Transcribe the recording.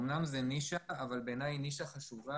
אומנם זה נישה, אבל בעיניי היא נישה חשובה.